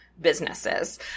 businesses